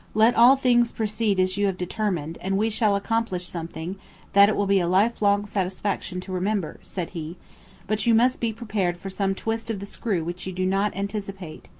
let all things proceed as you have determined, and we shall accomplish something that it will be a life-long satisfaction to remember, said he but you must be prepared for some twist of the screw which you do not anticipate.